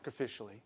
sacrificially